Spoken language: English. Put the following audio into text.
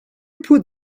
put